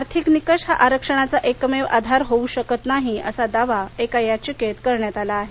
आर्थिक निकष हा आरक्षणाचा एकमेव आधार होऊ शकत नाही असा दावा एका याचिकेत करण्यात आला आहे